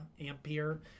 ampere